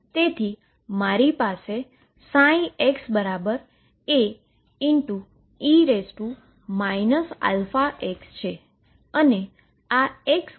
તેથી મારી પાસે xA e αx છે અને આ xL2 છે